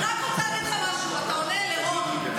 אתה עונה לרון,